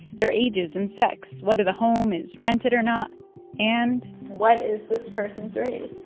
their ages and sex, whether the home is rented or not and. what is this person's race?